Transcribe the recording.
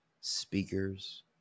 speakers